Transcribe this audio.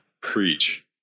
preach